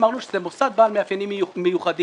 אמרנו שזה מוסד בעל מאפיינים מיוחדים.